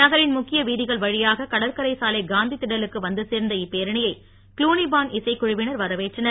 நகரின் முக்கிய வீதிகள் வழியாக கடற்கரை சாலை காந்தி திடலுக்கு வந்து சேர்ந்த இப்பேரணியை குளுனி பாண்ட் இசைக் குழுவினர் வரவேற்றனர்